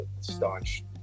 staunch